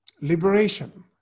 Liberation